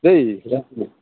दै राजु